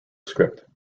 script